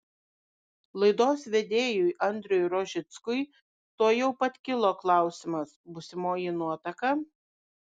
laidos vedėjui andriui rožickui tuojau pat kilo klausimas būsimoji nuotaka